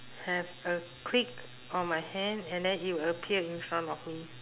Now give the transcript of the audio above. have a click on my hand and then it will appear in front of me